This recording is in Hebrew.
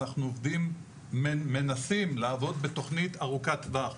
אנחנו מנסים לעבוד בתוכנית ארוכת טווח,